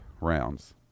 rounds